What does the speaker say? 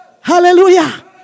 Hallelujah